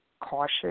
cautious